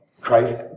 Christ